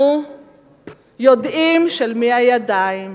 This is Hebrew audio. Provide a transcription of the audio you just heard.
יודעים של מי הידיים,